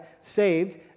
saved